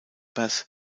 bass